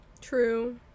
True